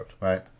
right